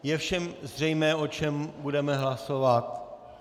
Je všem zřejmé, o čem budeme hlasovat?